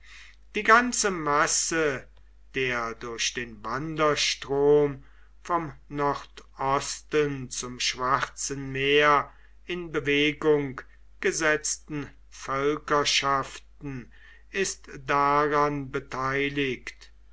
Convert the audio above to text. die ganze masse der durch den wanderstrom vom nordosten zum schwarzen meer in bewegung gesetzten völkerschaften ist daran beteiligt